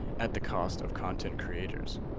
at the cost of content creators.